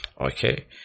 Okay